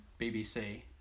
BBC